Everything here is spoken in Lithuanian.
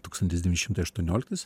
tūkstantis devyni šimtai aštuonioliktais